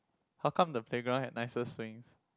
how come the playground had nicer swings